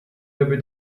doby